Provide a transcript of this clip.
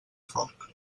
foc